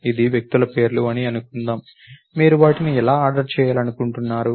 ఇది వ్యక్తుల పేర్లు అని అనుకుందాం మీరు వాటిని ఎలా ఆర్డర్ చేయాలనుకుంటున్నారు